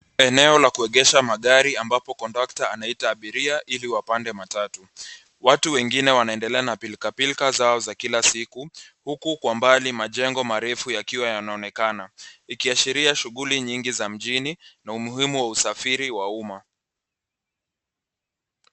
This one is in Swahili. Eneo la kuegesha magari ambapo kondakta anaita abiria ili wapande matatu. Watu wengine wanaendelea na pilkapilka zao za kila siku huku kwa mbali majengo marefu yakiwa yanaonekana ikiashiria shughuli nyingi za mjini na umuhimu wa usafiri wa umma.